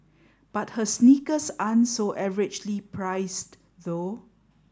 but her sneakers aren't so averagely priced though